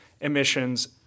emissions